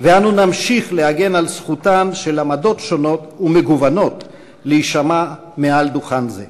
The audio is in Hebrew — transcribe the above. ואנו נמשיך להגן על זכותן של עמדות שונות ומגוונות להישמע מעל דוכן זה.